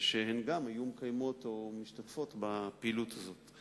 שהן גם היו מקיימות או משתתפות בפעילות הזאת.